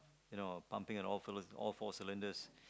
you know pumping in all fo~ all four cylinders